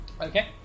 Okay